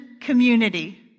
community